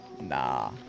Nah